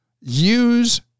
Use